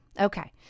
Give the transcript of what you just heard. Okay